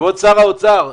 כבוד שר האוצר,